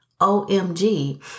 OMG